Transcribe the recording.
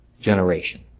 generation